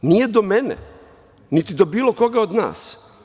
Nije do mene, niti do bilo koga od nas.